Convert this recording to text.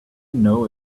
know